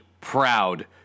proud